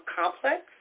complex